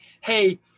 hey